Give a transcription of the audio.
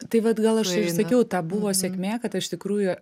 tai vat gal aš ir sakiau tą buvo sėkmė kad iš tikrųjų